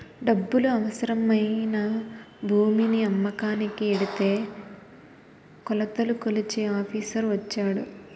డబ్బులు అవసరమై నా భూమిని అమ్మకానికి ఎడితే కొలతలు కొలిచే ఆఫీసర్ వచ్చాడు